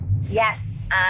Yes